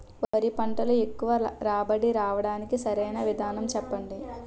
వరి పంటలో ఎక్కువ రాబడి రావటానికి సరైన విధానం చెప్పండి?